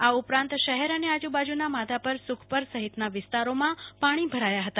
આ ઉપરાંત શહેર અને આજુબાજુના માધાપર સુખપર સહિતના વિસ્તારોમાં પાણી ભરાયા હતા